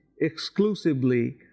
exclusively